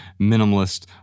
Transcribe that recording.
minimalist